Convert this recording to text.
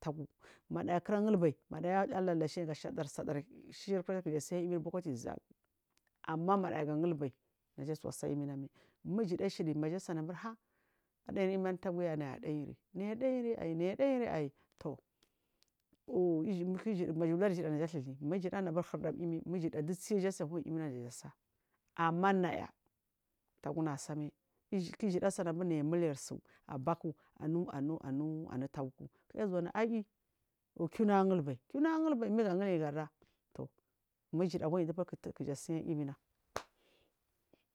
tagu manaya kuragulbai manaya alashirya ga sadari shishikuraja kuza asanya emiri bukate zagai ama manayaga gulbai naja asuwa sa'a eminamai mu ijada ashi har anayiri emi anu tagaya nayi anaii anairi, anaii anairi toh maja wari ijuda naja athuthumi mu ijuda anu hurdam emi maja anaiyi du tsiya naja sa'a ama naya, taguna asami ku ifuda anu aburi nayi amulirsu abaku anu anu anu tagu kunauya anu aiyi kiuna angagulbai kwana angulbai migu agulbai garma, toh mu ijuda huidu bukufi kuya asaba emina